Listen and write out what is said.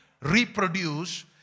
reproduce